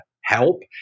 help